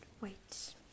wait